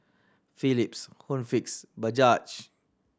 Philips Home Fix Bajaj